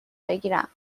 بگیرم